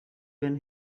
when